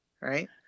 Right